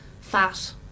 fat